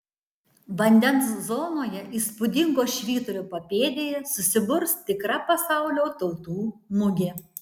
vandens zonoje įspūdingo švyturio papėdėje susiburs tikra pasaulio tautų mugė